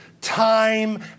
time